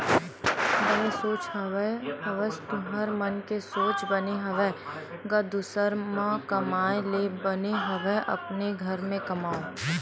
बने सोच हवस तुँहर मन के सोच बने हवय गा दुसर के म कमाए ले बने हवय अपने घर म कमाओ